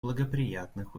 благоприятных